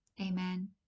amen